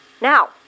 Now